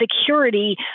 security